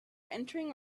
entering